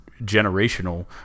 generational